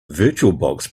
virtualbox